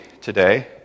today